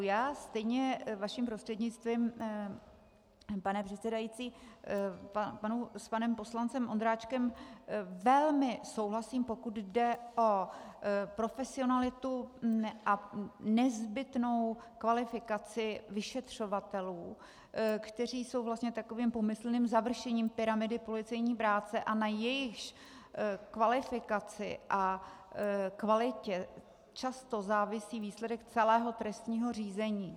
Já stejně vaším prostřednictvím, pane předsedající, s panem poslancem Ondráčkem velmi souhlasím, pokud jde o profesionalitu a nezbytnou kvalifikaci vyšetřovatelů, kteří jsou vlastně takovým pomyslným završením pyramidy policejní práce a na jejichž kvalifikaci a kvalitě často závisí výsledek celého trestního řízení.